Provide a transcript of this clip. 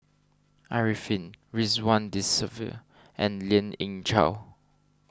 Arifin Ridzwan Dzafir and Lien Ying Chow